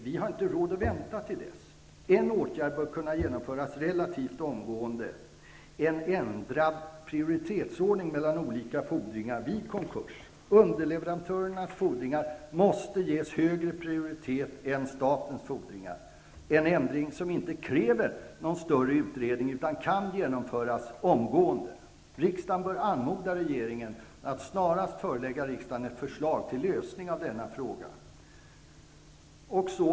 Vi har inte råd att vänta till dess! En åtgärd bör kunna genomföras relativt omgående, nämligen en ändrad prioriteringsordning mellan olika fordringar vid konkurs. Underleverantörernas fordringar måste ges högre prioritet än statens fordringar. Det är en ändring som inte kräver någon större utredning, utan kan genomföras omgående. Riksdagen bör anmoda regeringen att snarast förelägga riksdagen ett förslag till lösning av denna fråga.